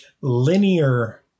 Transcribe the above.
linear